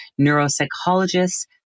neuropsychologists